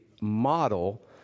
model